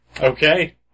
Okay